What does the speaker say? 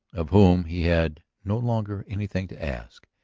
of whom he had no longer anything to ask.